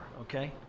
okay